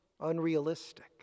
unrealistic